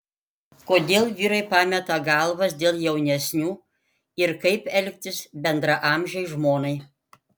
kodėl vyrai pameta galvas dėl jaunesnių ir kaip elgtis bendraamžei žmonai